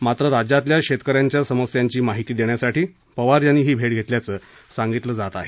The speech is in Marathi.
मात्र राज्यातल्या शेतकऱ्यांच्या समस्यांची माहिती देण्यासाठी पवार यांनी ही भेट घेतल्याचं सांगितलं जात आहे